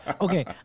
okay